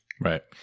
Right